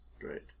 Great